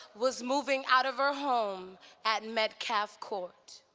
was moving out of her home at metcalf court.